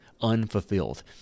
unfulfilled